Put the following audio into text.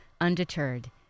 undeterred